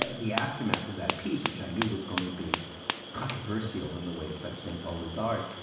ah the aftermath of that piece, which i knew was going to be controversial in the way such things always are, is,